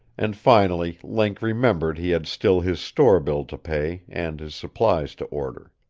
and finally link remembered he had still his store bill to pay and his supplies to order.